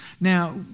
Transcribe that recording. Now